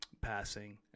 passing